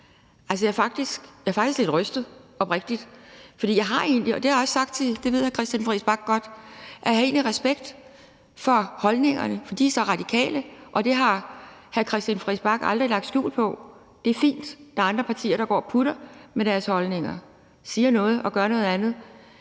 jeg også sagt, det ved hr. Christian Friis Bach godt, respekt for holdningerne, for de er så radikale, og det har hr. Christian Friis Bach aldrig lagt skjul på. Det er fint. Der er andre partier, der går og putter med deres holdninger, siger noget og gør noget andet.